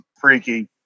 freaky